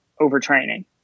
overtraining